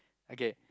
okay